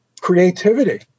creativity